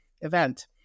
event